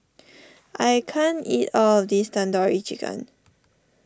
I can't eat all of this Tandoori Chicken